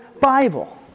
Bible